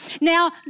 Now